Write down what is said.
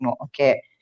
okay